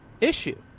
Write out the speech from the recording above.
issue